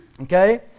okay